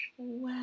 Wow